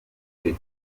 kiza